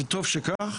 וטוב שכך.